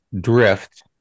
drift